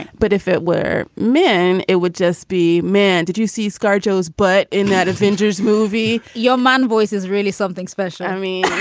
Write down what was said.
but if it were men, it would just be men. did you see scar joe's butt in that avengers movie? your man voice is really something special i mean,